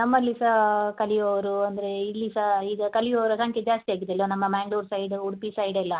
ನಮ್ಮಲ್ಲಿ ಸಹ ಕಲಿವವರು ಅಂದರೆ ಇಲ್ಲಿ ಸಹ ಈಗ ಕಲಿಯುವವರ ಸಂಖ್ಯೆ ಜಾಸ್ತಿ ಆಗಿದೆ ಈಗ ನಮ್ಮ ಮ್ಯಾಂಗಳೂರು ಸೈಡ್ ಉಡುಪಿ ಸೈಡ್ ಎಲ್ಲ